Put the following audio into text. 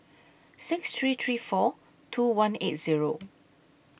six three three four two one eight Zero